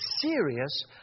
serious